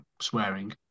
swearing